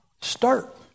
start